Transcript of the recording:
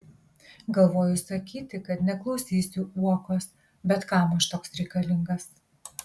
galvoju sakyti kad neklausysiu uokos bet kam aš toks reikalingas